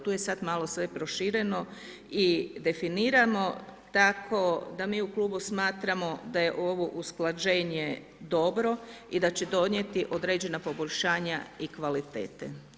Tu je sada malo sve prošireno i definirano tako da mi u klubu smatramo da je ovo usklađenje dobro i da će donijeti određena poboljšanja i kvalitete.